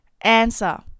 answer